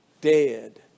Dead